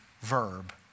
verb